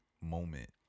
moment